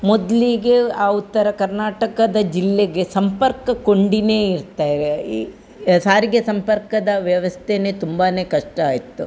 ಮೊದ್ಲಿಗೆ ಆ ಉತ್ತರ ಕರ್ನಾಟಕದ ಜಿಲ್ಲೆಗೆ ಸಂಪರ್ಕ ಕೊಂಡಿನೇ ಇರ್ತಾರೆ ಈ ಸಾರಿಗೆ ಸಂಪರ್ಕದ ವ್ಯವಸ್ಥೆ ತುಂಬಾ ಕಷ್ಟ ಇತ್ತು